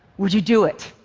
would you do it?